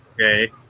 okay